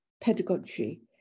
pedagogy